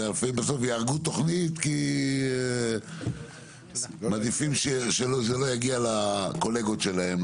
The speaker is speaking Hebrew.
לפעמים בסוף יהרגו תוכנית כי מעדיפים שזה לא יגיע לקולגות שלהם,